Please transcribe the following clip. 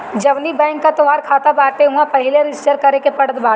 जवनी बैंक कअ तोहार खाता बाटे उहवा पहिले रजिस्टर करे के पड़त बाटे